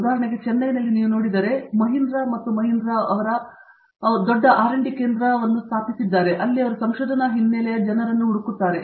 ಉದಾಹರಣೆಗೆ ಚೆನ್ನೈನಲ್ಲಿ ನೀವು ನೋಡಿದರೆ ಅದು ಮಹೀಂದ್ರ ಮತ್ತು ಮಹೀಂದ್ರಾ ದೊಡ್ಡ R D ಕೇಂದ್ರವನ್ನು ಸ್ಥಾಪಿಸಿವೆ ಅಲ್ಲಿ ಅವರು ಸಂಶೋಧನಾ ಹಿನ್ನೆಲೆಯಲ್ಲಿ ಜನರನ್ನು ಹುಡುಕುತ್ತಿದ್ದಾರೆ